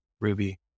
Ruby